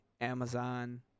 Amazon